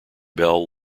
bell